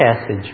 passage